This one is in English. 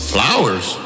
Flowers